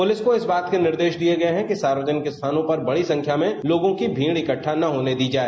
police को इस बात के निर्देश दिए गए हैं कि सार्वजनिक स्थानों पर बड़ी संख्या में लोगों की भीड़ इकड्डा न होने दी जाए